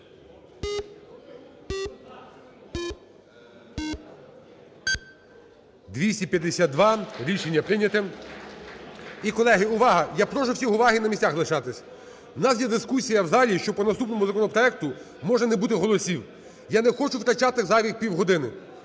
За-252 Рішення прийнято. І, колеги, увага! Я прошу всіх, уваги і на місцях лишатись. У нас є дискусія в залі, що по наступному законопроекту може не бути голосів. Я не хочу втрачати зайвих півгодини.